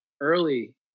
early